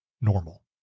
normal